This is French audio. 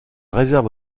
réserve